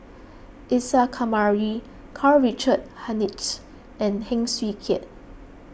Isa Kamari Karl Richard Hanitsch and Heng Swee Keat